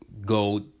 go